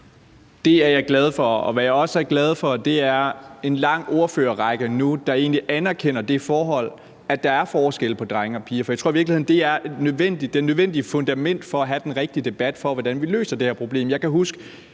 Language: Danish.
Det er jeg glad for, og hvad jeg også er glad for, er en lang ordførerrække nu, der egentlig anerkender det forhold, at der er forskel på drenge og piger. For jeg tror i virkeligheden, det er det nødvendige fundament for at have den rigtige debat om, hvordan vi løser det her problem. Jeg kan huske,